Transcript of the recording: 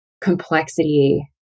complexity